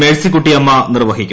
മേഴ് സിക്കുട്ടിയമ്മ നിർവഹിക്കും